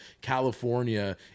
California